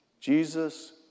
Jesus